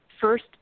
first